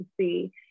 see